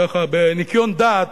ככה בניקיון דעת,